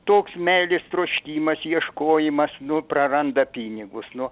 toks meilės troškimas ieškojimas nu praranda pinigus nu